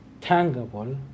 tangible